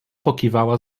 pokiwała